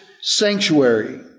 sanctuary